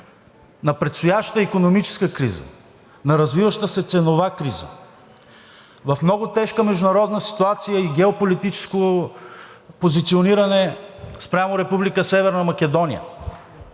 на предстояща икономическа криза; на развиваща се ценова криза; в много тежка международна ситуация и геополитическо позициониране спрямо Република